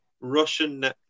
Russian